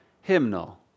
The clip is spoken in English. hymnal